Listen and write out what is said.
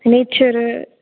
nature